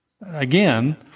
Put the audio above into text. Again